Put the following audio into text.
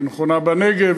היא נכונה בנגב,